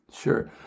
Sure